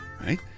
right